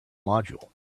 module